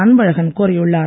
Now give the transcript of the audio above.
அன்பழகன் கோரியுள்ளார்